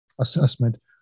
assessment